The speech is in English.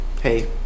hey